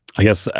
i guess,